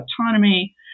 autonomy